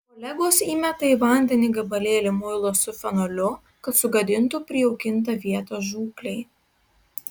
kolegos įmeta į vandenį gabalėlį muilo su fenoliu kad sugadintų prijaukintą vietą žūklei